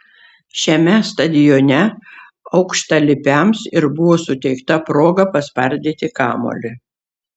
šiame stadione aukštalipiams ir buvo suteikta proga paspardyti kamuolį